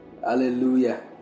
Hallelujah